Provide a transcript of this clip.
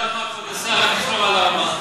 איך נשמור על הרמה?